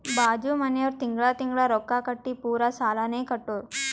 ಬಾಜು ಮನ್ಯಾವ್ರು ತಿಂಗಳಾ ತಿಂಗಳಾ ರೊಕ್ಕಾ ಕಟ್ಟಿ ಪೂರಾ ಸಾಲಾನೇ ಕಟ್ಟುರ್